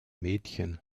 mädchen